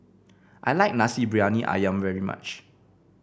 I like Nasi Briyani ayam very much